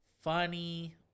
funny